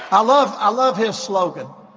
i love. i love his slogan.